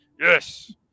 yes